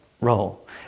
role